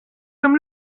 some